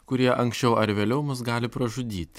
kurie anksčiau ar vėliau mus gali pražudyt